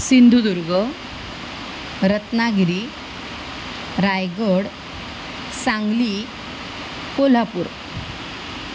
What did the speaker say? Sindhudurg Ratnagiri Raigad Sangli Kolhapur